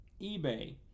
eBay